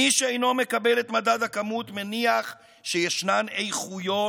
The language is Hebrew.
מי שאינו מקבל את מדד הכמות מניח שיש איכויות